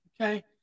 Okay